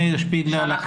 מאיר שפיגלר,